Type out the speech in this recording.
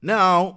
Now